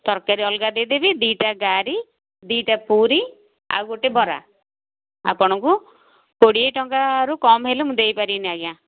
ତରକାରୀ ଅଲଗା ଦେଇ ଦେବି ଦୁଇଟା ଡାଳି ଦିଇଟା ପୁରୀ ଆଉ ଗୋଟେ ବରା ଆପଣଙ୍କୁ କୋଡ଼ିଏ ଟଙ୍କାରୁ କମ୍ ହେଲେ ମୁଁ ଦେଇପାରିବିନି ଆଜ୍ଞା